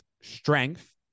strength